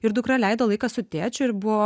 ir dukra leido laiką su tėčiu ir buvo